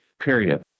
period